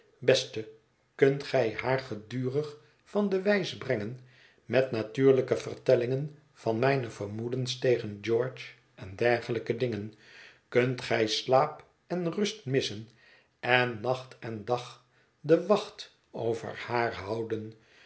beste kunt gij haar gedurig van de wijs brengen met natuurlijke vertellingen van mijne vermoedens tegen george en dergelijke dingen kunt gij slaap en rust missen en nacht en dag de wacht over haar houden